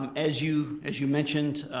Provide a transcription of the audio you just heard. um as you as you mentioned,